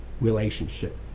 relationship